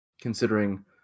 considering